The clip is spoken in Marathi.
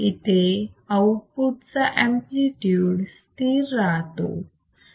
इथे आउटपुट चा एम्पलीट्यूड स्थिर राहतो